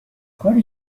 کاری